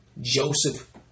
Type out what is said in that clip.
Joseph